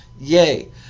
Yay